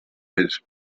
his